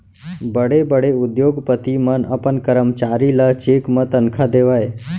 बड़े बड़े उद्योगपति मन अपन करमचारी ल चेक म तनखा देवय